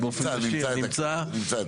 בבקשה -- נמצא את